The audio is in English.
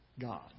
God